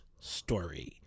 story